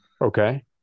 Okay